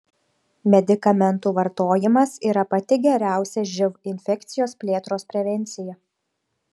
medikamentų vartojimas yra pati geriausia živ infekcijos plėtros prevencija